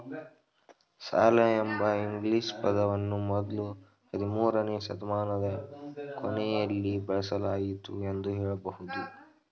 ಸಾಲ ಎಂಬ ಇಂಗ್ಲಿಷ್ ಪದವನ್ನ ಮೊದ್ಲು ಹದಿಮೂರುನೇ ಶತಮಾನದ ಕೊನೆಯಲ್ಲಿ ಬಳಸಲಾಯಿತು ಎಂದು ಹೇಳಬಹುದು